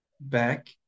back